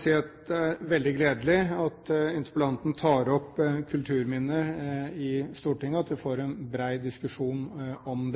si at det er veldig gledelig at interpellanten tar opp kulturminner i Stortinget, at vi får en